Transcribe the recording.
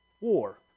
war